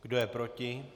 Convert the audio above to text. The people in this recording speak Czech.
Kdo je proti?